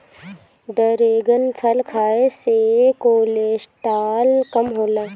dragon फल खाए से कोलेस्ट्राल कम होला